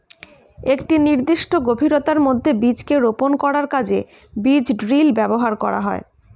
একটি নির্দিষ্ট গভীরতার মধ্যে বীজকে রোপন করার কাজে বীজ ড্রিল ব্যবহার করা হয়